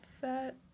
fat